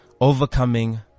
overcoming